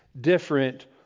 different